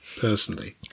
personally